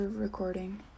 recording